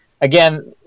again